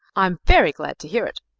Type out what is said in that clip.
i'm very glad to hear it,